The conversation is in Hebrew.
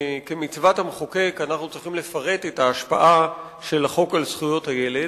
כמצוות המחוקק אנחנו צריכים לפרט את ההשפעה של החוק על זכויות הילד,